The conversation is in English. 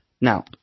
Now